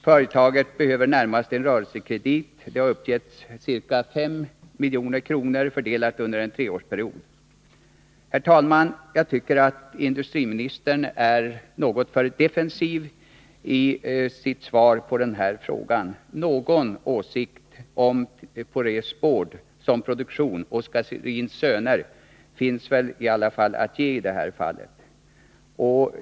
Företaget behöver närmast en rörelsekredit på — har det uppgivits — ca 5 milj.kr., fördelat under en treårsperiod. Jag tycker att industriministern är något för defensiv i sitt svar på den här frågan. Någon åsikt om porös board som produkt och Scharins Söner finns väl ändå att ge till känna i det här fallet.